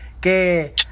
que